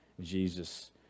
Jesus